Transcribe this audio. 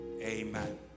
Amen